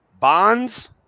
Bonds